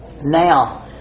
Now